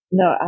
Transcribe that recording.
no